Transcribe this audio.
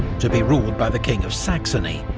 to be ruled by the king of saxony,